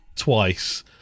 twice